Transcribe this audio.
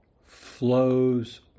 flows